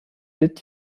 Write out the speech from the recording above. litt